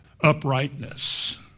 uprightness